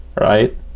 right